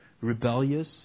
rebellious